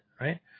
Right